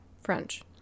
French